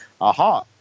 aha